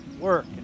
work